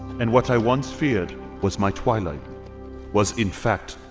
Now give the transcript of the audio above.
and what i once feared was my twilight was in fact,